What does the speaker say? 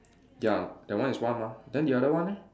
ya that one is one mah then the other one eh